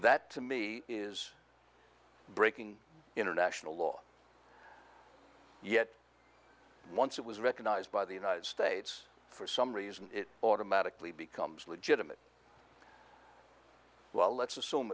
that to me is breaking international law yet once it was recognized by the united states for some reason it automatically becomes legitimate well let's assume